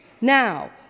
Now